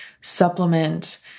supplement